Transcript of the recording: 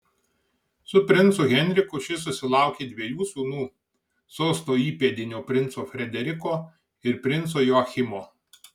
su princu henriku ši susilaukė dviejų sūnų sosto įpėdinio princo frederiko ir princo joachimo